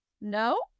No